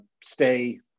stay